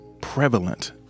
prevalent